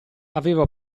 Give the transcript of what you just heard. aveva